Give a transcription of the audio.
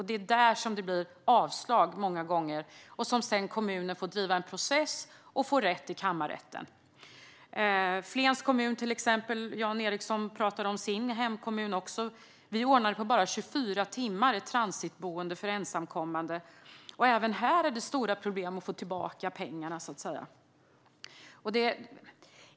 Det är där det många gånger blir avslag, och kommunen får sedan driva en process och få rätt i kammarrätten. Jan Ericson talade om sin hemkommun. I Flens kommun ordnade vi på bara 24 timmar ett transitboende för ensamkommande. Även när det gäller detta är det stora problem att få tillbaka pengarna.